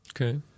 Okay